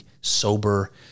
sober